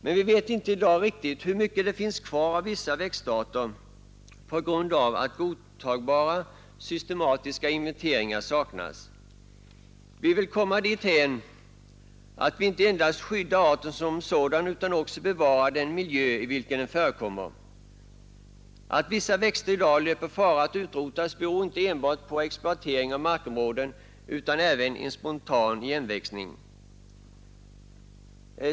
Men vi vet inte i dag riktigt hur mycket det finns kvar av vissa växtarter på grund av att godtagbara systematiska inventeringar saknas. Vi vill komma dithän att vi inte endast skyddar arten som sådan utan också bevarar den miljö i vilken den förekommer. Att vissa växter i dag löper fara att utrotas beror inte enbart på exploatering av markområden utan även på en spontan igenväxning.